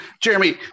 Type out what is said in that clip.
Jeremy